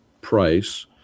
price